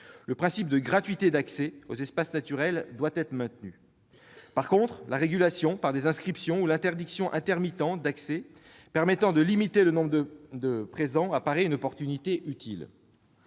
Le principe de gratuité d'accès aux espaces naturels doit être maintenu. Par contre, la régulation par des inscriptions ou par l'interdiction intermittente d'accès permettant de limiter le nombre de présents nous apparaît opportune.